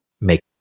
Make